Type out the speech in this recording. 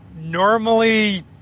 Normally